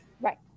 Right